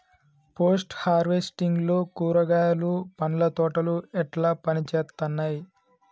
Post harvesting లో కూరగాయలు పండ్ల తోటలు ఎట్లా పనిచేత్తనయ్?